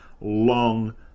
long